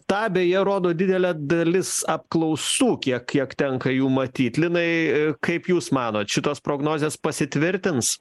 tą beje rodo didelė dalis apklausų kiek kiek tenka jų matyt linai kaip jūs manot šitos prognozės pasitvirtins